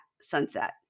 sunset